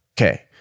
Okay